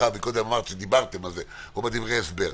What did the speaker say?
קודם אמרת שדיברתם על זה ושזה מופיע בדברי ההסבר.